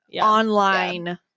online